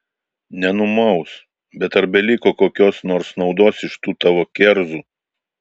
nenumaus bet ar beliko kokios nors naudos iš tų tavo kerzų